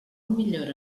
millora